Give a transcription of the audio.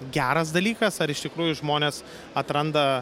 geras dalykas ar iš tikrųjų žmonės atranda